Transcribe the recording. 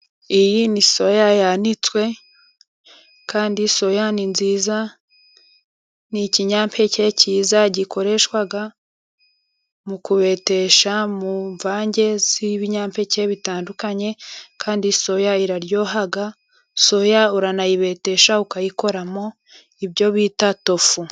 Iyi ni soya yanitswe, kandi soya ni nziza, ni ikinyampeke cyiza, gikoreshwa mu kubetesha, mu mvange z'ibinyampeke bitandukanye, kandi soya iraryoha, soya uranayibetesha ukayikoramo ibyo bita tofu.